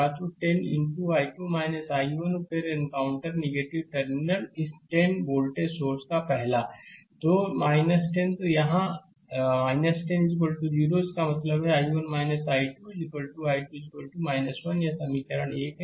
तो 10 into I2 I1 और फिर एनकाउंटर टर्मिनल इस 10 वोल्ट सोर्स का पहला तो 10 तो यहाँ यह है 10 0 इसका मतलब है I1 2 I2 1 यह समीकरण 1 है